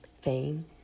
fame